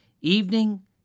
Evening